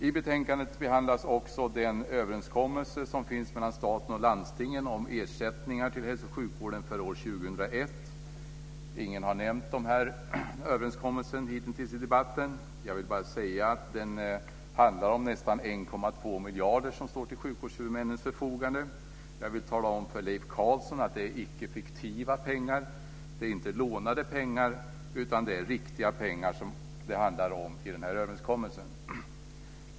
I betänkandet behandlas också den överenskommelse som finns mellan staten och landstingen om ersättningar till hälso och sjukvården för år 2001. Ingen har nämnt denna överenskommelse hittills i debatten. Jag vill bara säga att det handlar om nästan 1,2 miljarder kronor som står till sjukvårdshuvudmännens förfoganden. Jag vill också tala om för Leif Carlson att det är icke fiktiva pengar. Det är inte lånade pengar utan det är riktiga pengar som det handlar om i den här överenskommelsen.